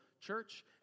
church